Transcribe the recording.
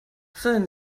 seien